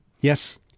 Yes